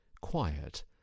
quiet